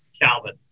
Calvin